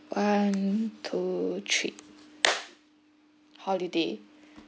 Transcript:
one two three holiday